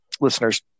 listeners